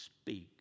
speak